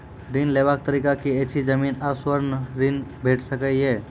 ऋण लेवाक तरीका की ऐछि? जमीन आ स्वर्ण ऋण भेट सकै ये?